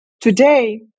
Today